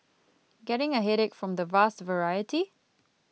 getting a headache from the vast variety